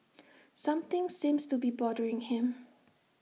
something seems to be bothering him